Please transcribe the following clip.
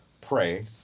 Pray